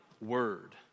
word